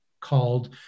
called